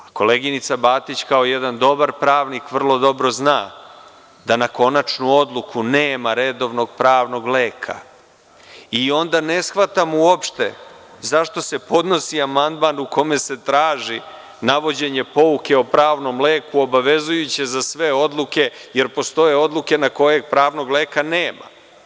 Koleginica Batić kao jedan dobar pravnik vrlo dobro zna da na konačnu odluku nema redovnog pravnog leka i onda ne shvatam uopšte zašto se podnosi amandman u kome se traži navođenje pouke o pravnom leku obavezujuće za sve odluke, jer postoje odluke na koje pravnog leka nema.